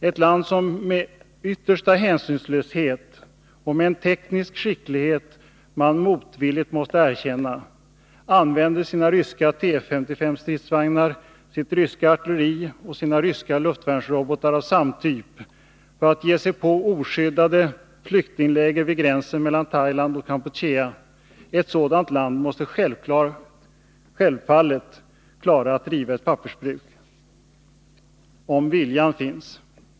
Ett land som med yttersta hänsynslöshet och med en teknisk skicklighet man motvilligt måste erkänna använder sina ryska stridsvagnar T SS, sitt ryska artilleri och sina ryska luftvärnsrobotar av SAM-typ för att ge sig på oskyddade flyktingläger vid gränsen mellan Thailand och Kampuchea måste självfallet klara att driva ett pappersbruk — om viljan finns.